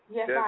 Yes